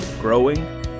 growing